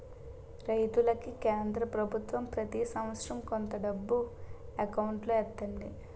రైతులకి కేంద్ర పభుత్వం ప్రతి సంవత్సరం కొంత డబ్బు ఎకౌంటులో ఎత్తంది